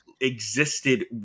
existed